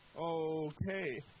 Okay